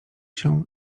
się